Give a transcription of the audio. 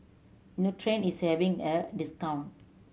Nutren is having a discount